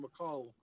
McCall